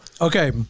Okay